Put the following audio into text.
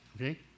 okay